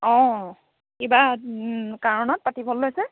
অঁ কিবা কাৰণত পাতিবলৈ লৈছে